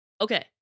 Okay